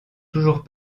toujours